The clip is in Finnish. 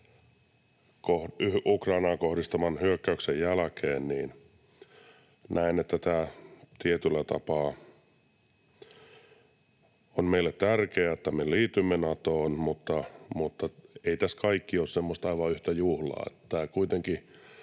Ukrainaan kohdistaman hyökkäyksen jälkeen, näen, että on tietyllä tapaa meille tärkeää, että me liitymme Natoon, mutta ei tässä kaikki ole aivan yhtä juhlaa. Tämä kuitenkin